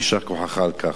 יישר כוחך על כך.